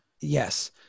yes